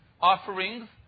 offerings